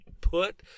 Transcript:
put